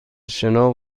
شنا